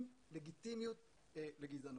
שאין לגיטימיות לגזענות.